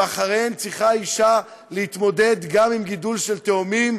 ואחריהם צריכה האישה להתמודד גם עם גידול של תאומים,